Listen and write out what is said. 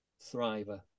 thriver